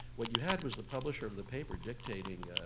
what you had was the publisher of the paper dictating